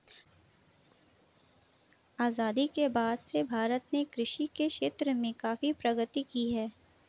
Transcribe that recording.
आजादी के बाद से भारत ने कृषि के क्षेत्र में काफी प्रगति की है